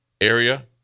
area